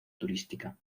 turística